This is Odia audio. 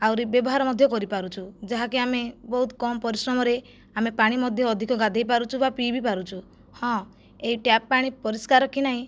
ଆହୁରି ବ୍ୟବହାର ମଧ୍ୟ କରିପାରୁଛୁ ଯାହାକି ଆମେ ବହୁତ କମ ପରିଶ୍ରମରେ ଆମେ ପାଣି ମଧ୍ୟ ଅଧିକ ଗାଧୋଇ ପାରୁଛୁ ବା ପିଇବି ପାରୁଛୁ ହଁ ଏହି ଟ୍ୟାପ ପାଣି ପରିଷ୍କାର କି ନାହିଁ